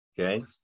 Okay